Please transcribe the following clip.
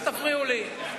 אל תפריעו לי.